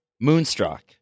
Moonstruck